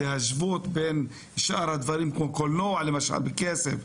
להשוות בין שאר הדברים כמו קולנוע בכסף,